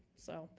so